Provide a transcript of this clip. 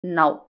now